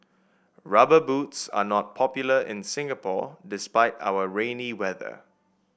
rubber boots are not popular in Singapore despite our rainy weather